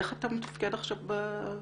איך אתה מתפקד עכשיו בעירייה?